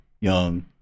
young